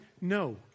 No